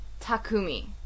Takumi